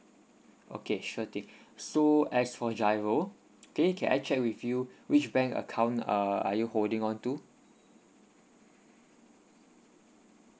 okay sure thing so as for GIRO okay can I check with you which bank account uh are you holding on to